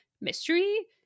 mystery